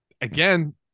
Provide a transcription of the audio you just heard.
again